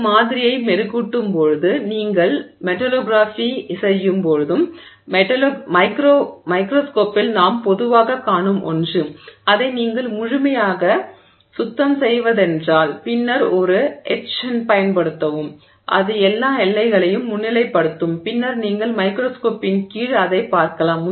இது மாதிரியை மெருகூட்டும்போது நீங்கள் மெட்டலோகிராஃபி செய்யும் போது மைக்ரோஸ்கோப்பில் நாம் பொதுவாகக் காணும் ஒன்று அதை நீங்கள் முழுமையாக சுத்தம் செய்வதென்றால் பின்னர் ஒரு எட்சன்ட் பயன்படுத்தவும் அது எல்லா எல்லைகளையும் முன்னிலைப்படுத்தும் பின்னர் நீங்கள் மைக்ரோஸ்கோப்பின் கீழ் அதைப் பார்க்கலாம்